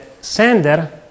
Sender